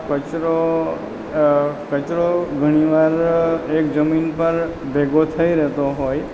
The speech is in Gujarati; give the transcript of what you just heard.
કચરો કચરો ઘણી વાર એક જમીન પર ભેગો થઈ રહેતો હોય